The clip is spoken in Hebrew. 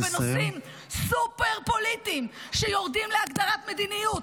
בנושאים סופר פוליטיים שיורדים להגדרת מדיניות,